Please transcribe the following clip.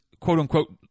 quote-unquote